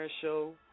show